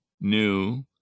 new